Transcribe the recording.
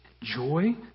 joy